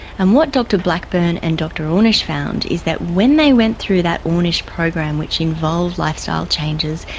and what dr blackburn and dr ornish found is that when they went through that ornish program which involved lifestyle changes,